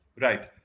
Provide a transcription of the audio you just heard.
Right